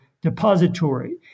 depository